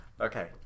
Okay